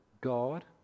God